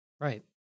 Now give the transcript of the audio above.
Right